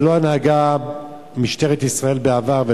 ולא כך נהגה משטרת ישראל בעבר.